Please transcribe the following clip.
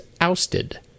ousted